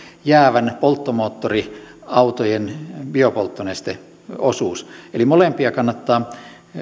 jäävien polttomoottoriautojen biopolttonesteosuus eli molempia kannattaa